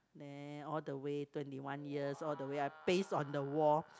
there all the way twenty one years all the way I paste on the wall